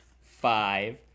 five